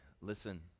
listen